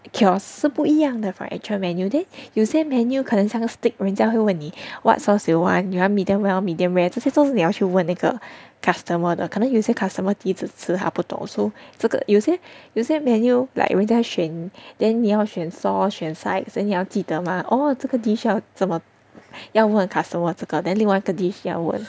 the kiosk 是不一样的 for actual menu then 有些 menu 可能像那个 steak 人家会问你 what sauce you want you want medium well medium rare 这些是你要去问那个 customer 的可能有些 customer 第一次吃他不懂 so 这个有些有些 menu like 人家选 then 你要选 sauce 选 sides and 你要记得 mah oh 这个 dish 需要怎么要问 customer 这个 then 另外一个 dish 要问